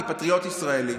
אני פטריוט ישראלי.